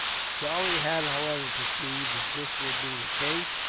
charlie had, however, perceived that this would be the case,